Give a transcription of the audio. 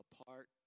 apart